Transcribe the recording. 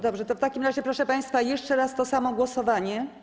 Dobrze, to w takim razie, proszę państwa, jeszcze raz to samo głosowanie.